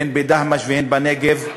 הן בדהמש והן בנגב?